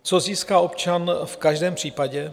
Co získá občan v každém případě?